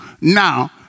now